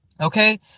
okay